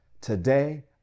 Today